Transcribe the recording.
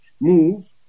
move